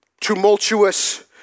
tumultuous